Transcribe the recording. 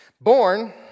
Born